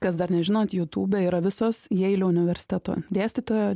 kas dar nežinot youtube yra visos jeilio universiteto dėstytojo